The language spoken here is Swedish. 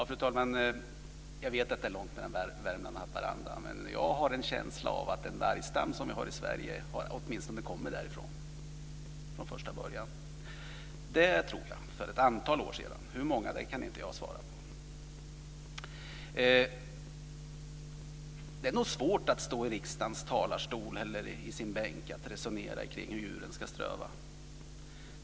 Fru talman! Jag vet att det är långt mellan Värmland och Haparanda. Men jag har en känsla av att den vargstam vi har i Sverige åtminstone har kommit därifrån från första början. Det tror jag att den har gjort för ett antal år sedan. Hur många kan inte jag svara på. Det är nog svårt att stå i riksdagens talarstol eller i sin bänk och resonera kring hur djuren ska ströva.